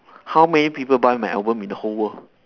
how many people buy my album in the whole world